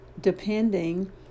depending